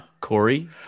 Corey